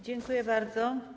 Dziękuję bardzo.